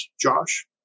Josh